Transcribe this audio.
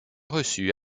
reçue